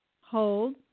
Hold